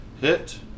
hit